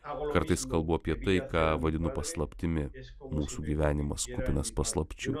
kartais kalbu apie tai ką vadinu paslaptimi mūsų gyvenimas kupinas paslapčių